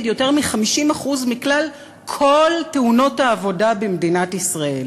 יותר מ-50% מכלל כל תאונות העבודה במדינת ישראל.